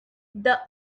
the